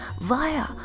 via